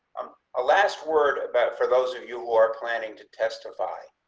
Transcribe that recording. a last word about for those of you who are planning to testify.